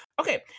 Okay